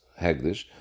heglish